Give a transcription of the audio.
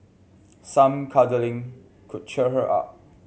some cuddling could cheer her up